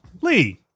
Lee